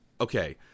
okay